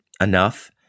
enough